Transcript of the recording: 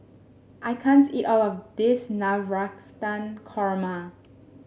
I can't eat all of this Navratan Korma